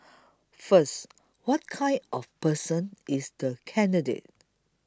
first what kind of person is the candidate